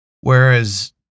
Whereas